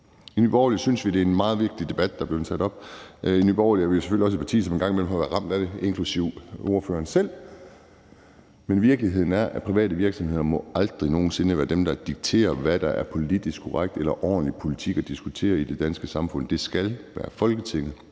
I Nye Borgerlige synes vi, det er en meget vigtig debat, der er blevet taget op, og Nye Borgerlige er selvfølgelig også et parti, som en gang imellem bliver ramt af det, inklusive ordføreren selv, men virkeligheden er, at private virksomheder aldrig nogen sinde må være dem, der dikterer, hvad der er politisk korrekt eller ordentlig politik at diskutere i det danske samfund. Det skal være Folketinget.